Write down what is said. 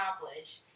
accomplish